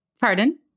Pardon